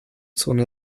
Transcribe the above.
zone